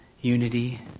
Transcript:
unity